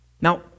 Now